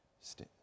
stay